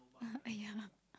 uh ah yeah